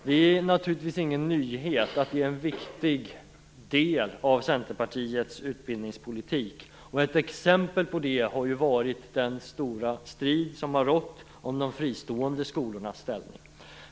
Det är naturligtvis ingen nyhet att detta är en viktig del av Centerpartiets utbildningspolitik. Ett exempel är den stora strid som har rått om de fristående skolornas ställning.